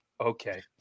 okay